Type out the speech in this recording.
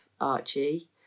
Archie